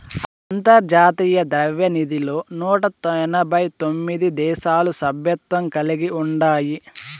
అంతర్జాతీయ ద్రవ్యనిధిలో నూట ఎనబై తొమిది దేశాలు సభ్యత్వం కలిగి ఉండాయి